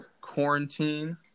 quarantine